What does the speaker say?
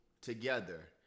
together